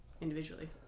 individually